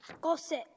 Gossip